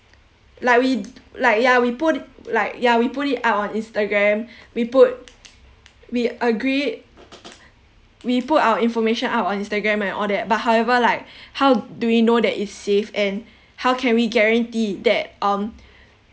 like we like yeah we put like yeah we put it up on instagram we put we agreed we put our information up on instagram and all that but however like how do we know that it's safe and how can we guarantee that um